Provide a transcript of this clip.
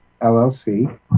LLC